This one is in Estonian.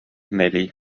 neli